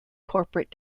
corporate